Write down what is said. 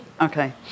Okay